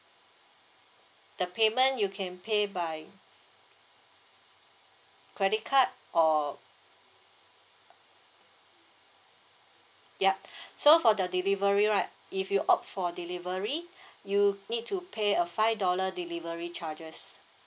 the payment you can pay by credit card or yup so for the delivery right if you opt for delivery you need to pay a five dollar delivery charges